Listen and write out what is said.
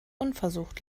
unversucht